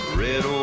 red